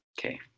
Okay